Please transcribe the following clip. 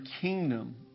kingdom